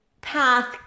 path